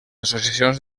associacions